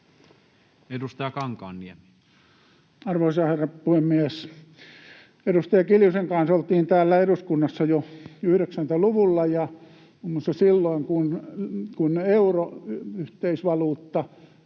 Edustaja Kankaanniemi. Arvoisa herra puhemies! Edustaja Kiljusen kanssa oltiin täällä eduskunnassa jo 90-luvulla, ja silloin kun euro, yhteisvaluutta,